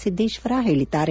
ಸಿದ್ದೇಶ್ವರ ಹೇಳಿದ್ದಾರೆ